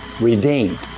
redeemed